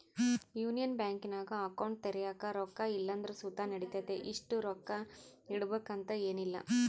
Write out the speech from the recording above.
union ಬ್ಯಾಂಕಿನಾಗ account ತೆರ್ಯಾಕ ರೊಕ್ಕ ಇಲ್ಲಂದ್ರ ಸುತ ನಡಿತತೆ, ಇಷ್ಟು ರೊಕ್ಕ ಇಡುಬಕಂತ ಏನಿಲ್ಲ